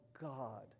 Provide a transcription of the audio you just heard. God